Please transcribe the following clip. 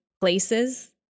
places